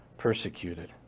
persecuted